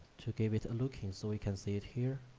to give it a looking so we can see it here